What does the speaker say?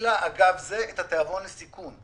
הגדילה אגב זה את התיאבון לסיכון.